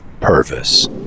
Purvis